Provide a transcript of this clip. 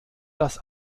das